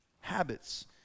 habits